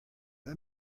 let